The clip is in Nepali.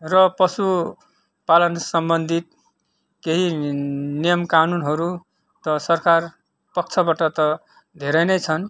र पसु पालन सम्बन्धित केही नि नियम कानुनहरू त सरकार पक्षबट त धेरै नै छन्